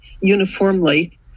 uniformly